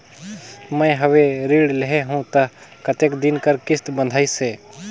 मैं हवे ऋण लेहे हों त कतेक दिन कर किस्त बंधाइस हे?